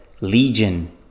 Legion